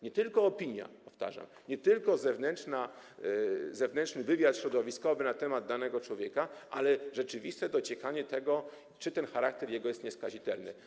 Nie tylko opinia, powtarzam, nie tylko zewnętrzny wywiad środowiskowy na temat danego człowieka, ale też rzeczywiste dociekanie tego, czy jego charakter jest nieskazitelny.